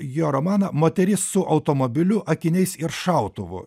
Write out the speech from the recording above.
jo romaną moteris su automobiliu akiniais ir šautuvu